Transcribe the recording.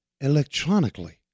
electronically